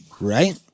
Right